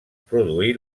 produí